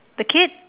the kid